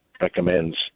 recommends